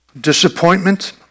Disappointment